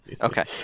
Okay